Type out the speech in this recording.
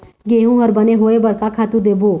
गेहूं हर बने होय बर का खातू देबो?